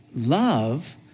love